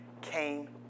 came